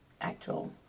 actual